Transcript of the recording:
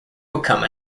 become